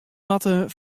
moatte